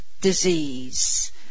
disease